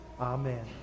Amen